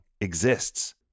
exists